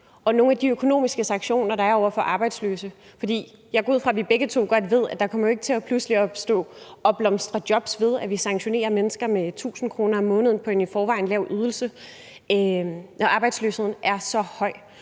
på nogle af de økonomiske sanktioner, der er over for arbejdsløse? For jeg går ud fra, vi begge to godt ved, at der jo ikke pludselig kommer til at opblomstre jobs ved, at vi sanktionerer mennesker med 1.000 kr. om måneden på en i forvejen lav ydelse, når arbejdsløsheden er så høj,